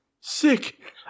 Sick